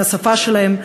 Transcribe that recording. מהשפה שלהם.